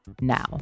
now